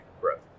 growth